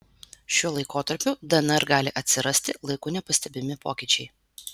šiuo laikotarpiu dnr gali atsirasti laiku nepastebimi pokyčiai